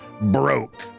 broke